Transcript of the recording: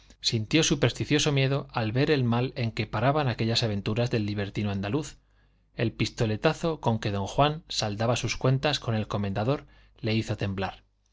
sintió supersticioso miedo al ver el mal en que paraban aquellas aventuras del libertino andaluz el pistoletazo con que don juan saldaba sus cuentas con el comendador le hizo temblar